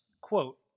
quote